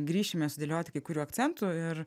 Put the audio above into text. grįšime sudėlioti kai kurių akcentų ir